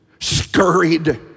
scurried